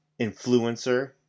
influencer